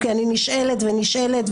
כי אני נשאלת ונשאלת,